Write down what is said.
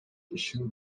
ишин